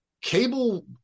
cable